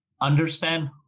Understand